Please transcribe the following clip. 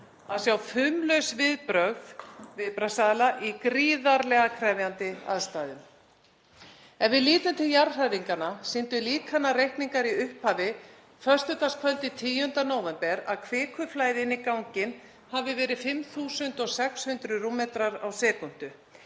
að sjá fumlaus viðbrögð viðbragðsaðila í gríðarlega krefjandi aðstæðum. Ef við lítum til jarðhræringanna sýndu líkanareikningar í upphafi, föstudagskvöldið 10. nóvember, að kvikuflæði inn í ganginn hafi verið 5.600 m³ á sekúndu